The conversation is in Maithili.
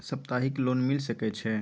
सप्ताहिक लोन मिल सके छै?